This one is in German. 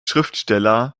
schriftsteller